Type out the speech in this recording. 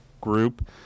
group